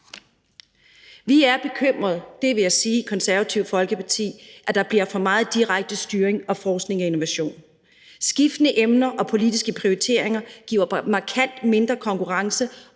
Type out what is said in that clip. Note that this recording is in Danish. Vi er bekymrede, det vil jeg sige, i Det Konservative Folkeparti over, at der bliver for meget direkte styring af forskning og innovation. Skiftende emner og politiske prioriteringer giver markant mindre konkurrence